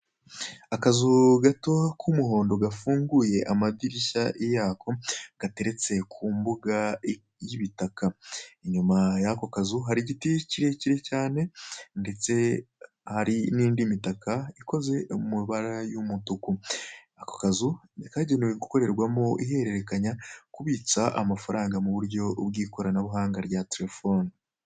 Akazu gato k'umuhondo gafunguye amadirishya yako gateretse ku mbuga y'ibitaka, inyuma yako kazu hari igiti kirekire cyane ndetse hari n'indi mitaka ikoze mu ibara y'umutuku, ako kazu kagenewe gukorerwamo ihererekanya kubitsa amafaranga mu buryo bw'ikoranabuhanga rya terefone.